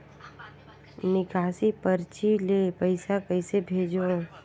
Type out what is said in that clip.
निकासी परची ले पईसा कइसे भेजों?